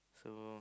so